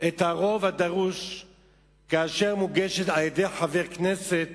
את הרוב הדרוש כאשר מוגשת הצעת חוק על-ידי חבר כנסת